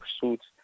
suits